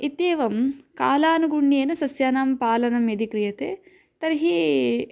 इत्येवं कालानुगुण्येन सस्यानां पालनं यदि क्रियते तर्हि